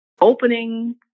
opening